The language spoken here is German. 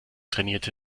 trainierte